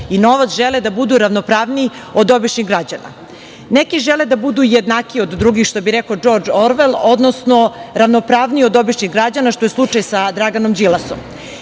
i novac žele da budu ravnopravniji od običnih građana. Neki žele da budu jednakiji od drugih, što bi rekao Džordž Orvel, odnosno ravnopravniji od običnih građana što je slučaj sa Draganom Đilasom. Mi